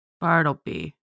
Bartleby